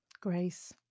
Grace